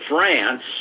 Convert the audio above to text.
France